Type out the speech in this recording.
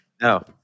No